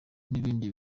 n’ibindi